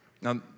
Now